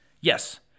Yes